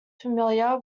familiar